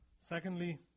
Secondly